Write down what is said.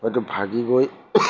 হয়তো ভাগি গৈ